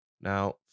Now